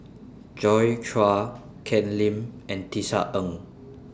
Joi Chua Ken Lim and Tisa Ng